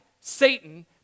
Satan